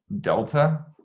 delta